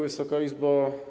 Wysoka Izbo!